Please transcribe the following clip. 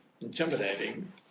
intimidating